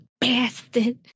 bastard